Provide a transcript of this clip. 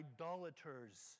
idolaters